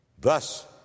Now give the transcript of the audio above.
Thus